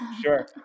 Sure